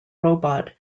robot